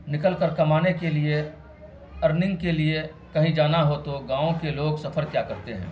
نکل کر کمانے کے لیے ارننگ کے لیے کہیں جانا ہو تو گاؤں کے لوگ سفر کیا کرتے ہیں